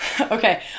Okay